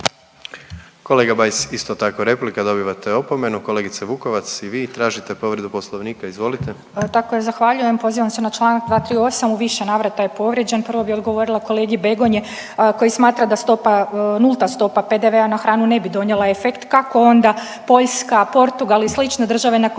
Kolega Bajs isto tako replika, dobivate opomenu. Kolegice Vukovac i vi tražite povredu Poslovnika, izvolite. **Vukovac, Ružica (Nezavisni)** Tako je, zahvaljujem. Pozivam se na Članak 238., u više navrata je povrijeđen. Prvo bi odgovorila kolegi Begonji koji smatra da stopa, nulta stopa PDV-a na hranu ne bi donijela efekt. Kako onda Poljska, Portugal i slične države na koje